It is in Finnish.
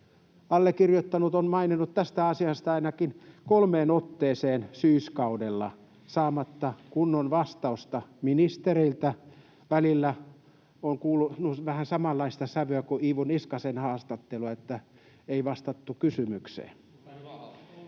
Allekirjoittanut on maininnut tästä asiasta ainakin kolmeen otteeseen syyskaudella saamatta kunnon vastausta ministereiltä. Välillä on kuulunut vähän samanlaista sävyä kuin Iivo Niskasen haastattelussa: ei vastattu kysymykseen.